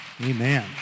Amen